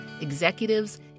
executives